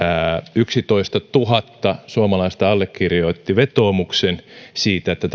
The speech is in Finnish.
yksitoistatuhatta suomalaista allekirjoitti vetoomuksen siitä että